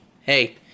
hey